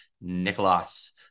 Nicholas